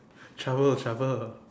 travel travel